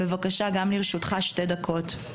בבקשה, גם לרשותך שתי דקות.